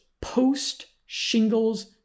post-shingles